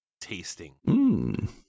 tasting